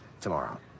tomorrow